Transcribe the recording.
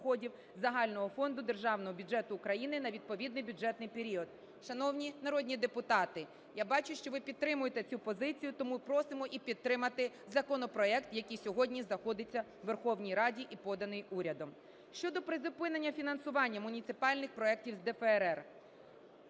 загального фонду Державного бюджету України на відповідний бюджетний період. Шановні народні депутати, я бачу, що ви підтримуєте цю позицію, тому й просимо і підтримати законопроект, який сьогодні знаходиться в Верховній Раді і поданий урядом. Щодо призупинення фінансування муніципальних проектів з ДФРР.